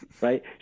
Right